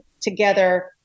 together